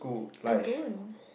I don't